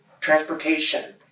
transportation